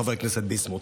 חבר כנסת ביסמוט,